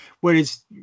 whereas